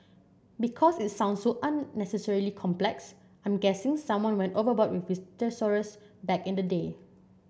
because it sounds so unnecessarily complex I'm guessing someone went overboard with his thesaurus back in the day